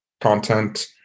content